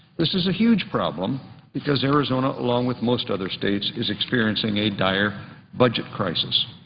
this is a huge problem because arizona, along with most other states, is experiencing a dire budget crisis.